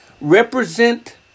represent